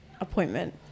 appointment